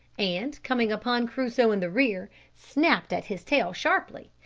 and, coming upon crusoe in the rear, snapped at his tail sharply,